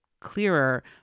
clearer